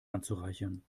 anzureichern